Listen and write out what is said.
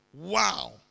Wow